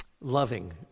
loving